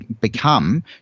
become